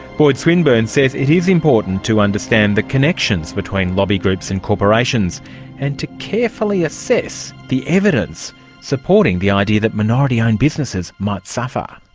boyd swinburn says it is important to understand the connections between lobby groups and corporations and to carefully assess the evidence evidence supporting the idea that minority owned businesses might suffer.